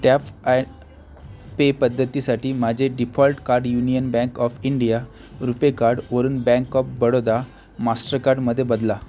टॅफ आणि पे पद्धतीतीसाठी माझे default card Union Bank of India RuPay कार्डवरून बँक ऑफ बडोदा मास्टरकार्डमधे बदला